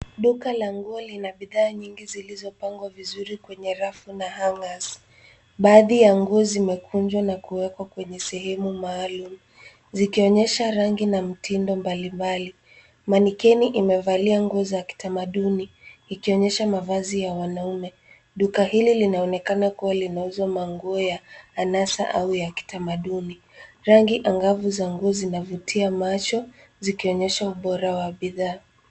Duka la nguo lina bidhaa nyingi zilizopangwa vizuri kwenye rafu na hangers . Baadhi ya nguo zimekunjwa na kuwekwa kwenye sehemu maalum zikionyesha rangi na mtindo mbalimbali Mannequin imevalia nguo za kitamaduni ikionyesha mavazi ya wanaume. Duka hili linaonekana kuwa linauzwa nguo ya anasa au ya kitamaduni. Rangi angavu za nguo zinavutia macho zikionyesha ubora wa bidhaa.